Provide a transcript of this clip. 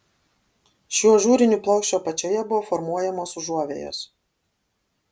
šių ažūrinių plokščių apačioje buvo formuojamos užuovėjos